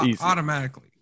automatically